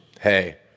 hey